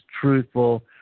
truthful